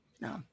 No